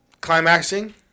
climaxing